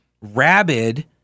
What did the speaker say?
rabid